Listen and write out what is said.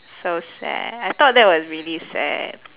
so sad I thought that was really sad